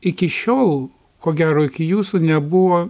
iki šiol ko gero iki jūsų nebuvo